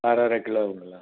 அரை அரை கிலோங்களா